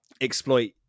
exploit